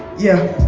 yeah